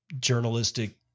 journalistic